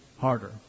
harder